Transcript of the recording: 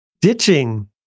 ditching